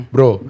Bro